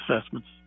assessments